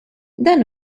dan